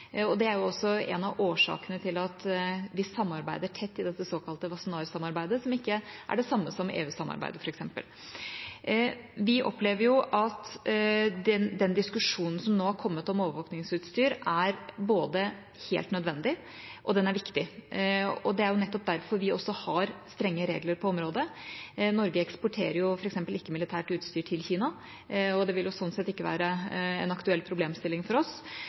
Det er også en av årsakene til at vi samarbeider tett i dette såkalte Wassenaar-samarbeidet, som ikke er det samme som EU-samarbeidet f.eks. Vi opplever at den diskusjonen som nå er kommet om overvåkingsutstyr, er både helt nødvendig og viktig. Det er derfor vi også har strenge regler på området. Norge eksporterer f.eks. ikke militært utstyr til Kina. Det vil sånn sett ikke være en aktuell problemstilling for oss.